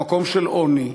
למקום של עוני,